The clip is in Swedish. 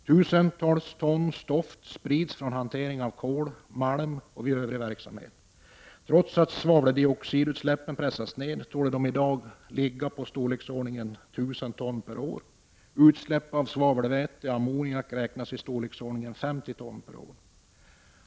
Tusentals ton stoft sprids vid hantering av kol, malm och vid övrig verksamhet. Trots att svaveldioxidutsläppen pressats ned torde de i dag ligga på storleksordningen 1 000 ton per år. Utsläpp av svavelväte och ammoniak räknas i storleksordningen 50 ton per år.